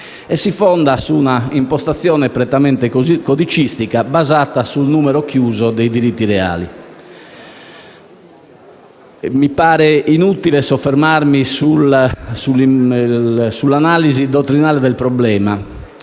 si fonda su un'impostazione codicistica basata sul numero chiuso dei diritti reali. Mi pare inutile soffermarmi sull'analisi dottrinale del problema